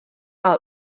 ale